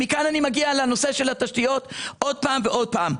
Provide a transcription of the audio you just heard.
מכאן אני מגיע לנושא התשתיות עוד פעם ועוד פעם.